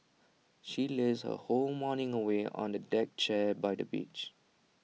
she lazed her whole morning away on A deck chair by the beach